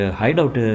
hideout